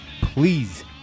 please